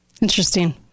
Interesting